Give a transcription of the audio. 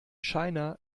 china